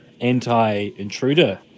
anti-intruder